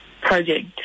project